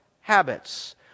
habits